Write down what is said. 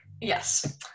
yes